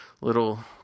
little